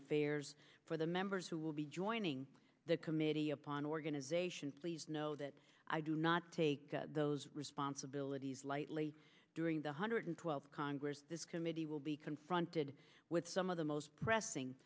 affairs for the members who will be joining the committee upon organization please know that i do not take those responsibilities lightly during the one hundred twelfth congress this committee will be confronted with some of the most pressing